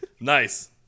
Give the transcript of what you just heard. nice